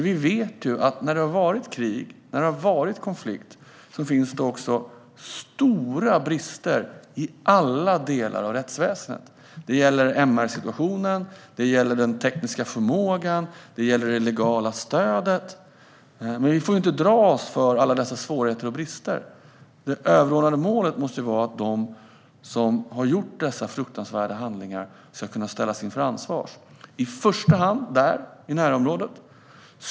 Vi vet att när det har varit krig och konflikt finns det också stora brister i alla delar av rättsväsendet. Det gäller MR-situationen, den tekniska förmågan och det legala stödet. Men vi får inte dra oss för alla dessa svårigheter och brister. Det överordnade målet måste vara att de som har gjort dessa fruktansvärda handlingar ska kunna ställas till svars i första hand där i närområdet.